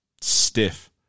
stiff